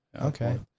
Okay